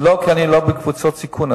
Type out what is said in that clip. לא, כי אני עדיין לא בקבוצות סיכון.